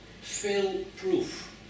fail-proof